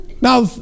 Now